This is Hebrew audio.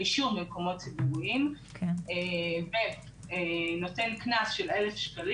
העישון במקומות ציבוריים ונותן קנס של 1,000 ₪,